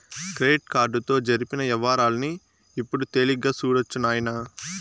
credit కార్డుతో జరిపిన యవ్వారాల్ని ఇప్పుడు తేలిగ్గా సూడొచ్చు నాయనా